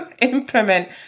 implement